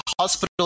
hospital